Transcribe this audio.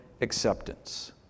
acceptance